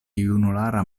junulara